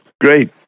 Great